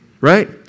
Right